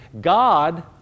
God